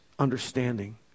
understanding